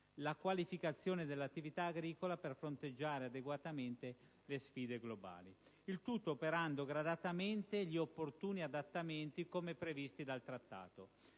la qualificazione dell'attività agricola per fronteggiare adeguatamente le sfide globali; il tutto operando «gradatamente gli opportuni adattamenti» come previsto dal Trattato.